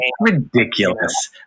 Ridiculous